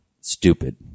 Stupid